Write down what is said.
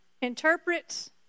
interprets